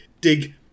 dig